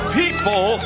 people